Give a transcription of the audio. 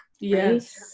yes